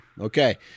Okay